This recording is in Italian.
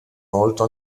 molto